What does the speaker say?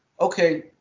okay